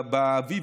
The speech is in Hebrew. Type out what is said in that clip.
באביב,